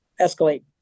escalate